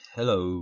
Hello